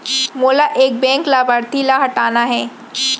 मोला एक बैंक लाभार्थी ल हटाना हे?